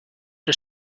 der